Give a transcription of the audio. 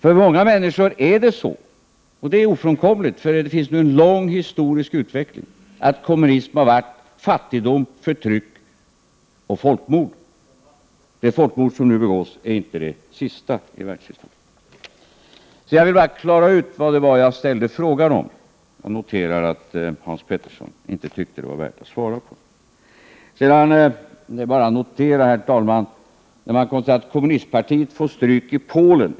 För många människor — vilket är ofrånkomligt, eftersom det rör sig om en lång historisk utveckling — har kommunism inneburit fattigdom, förtryck och folkmord. Det folkmord som nu begås är inte det sista i världshistorien. Jag vill bara klargöra vad det var jag frågade om. Jag noterar att Hans Petersson inte tyckte det var värt att svara på mina frågor. Herr talman! Jag vill bara notera att man kan konstatera att kommunistpartiet får stryk i Polen.